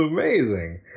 amazing